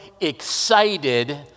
excited